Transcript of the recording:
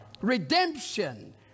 redemption